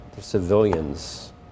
civilians